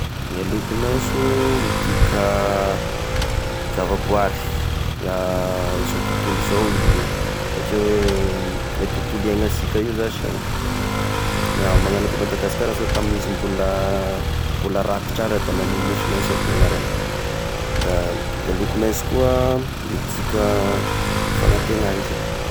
Ny loko mainso midika zavaboary, izao tontolo izao satria hoe i tontolo iaignasika io zashy ah, magnano koa Madagasikara zao tamy izy mbola mbola rakitra ala da nagnihy nosy mainso ako ny agnarany, da i loko mainso koa midika fanategna izy io.